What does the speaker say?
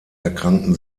erkrankten